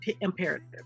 imperative